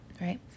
right